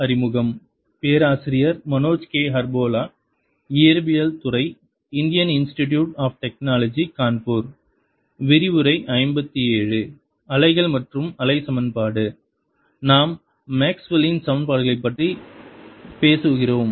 அலைகள் மற்றும் அலை சமன்பாடு நாம் மேக்ஸ்வெல்லின்Maxwell's சமன்பாடுகளைப் பற்றி பேசுகிறோம்